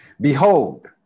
Behold